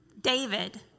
David